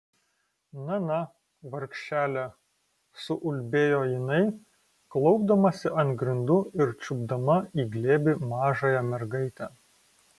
na na vargšele suulbėjo jinai klaupdamasi ant grindų ir čiupdama į glėbį mažąją mergaitę